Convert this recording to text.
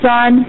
Son